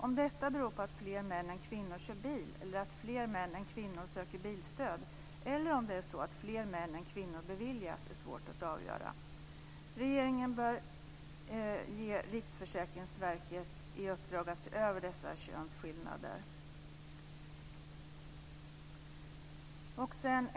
Om detta beror på att fler män än kvinnor kör bil, på att fler män än kvinnor söker bilstöd eller om det är så att fler män än kvinnor beviljas stöd är svårt att avgöra. Regeringen bör ge Riksförsäkringsverket i uppdrag att se över dessa könsskillnader.